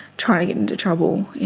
trying to get into trouble,